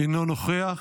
אינו נוכח,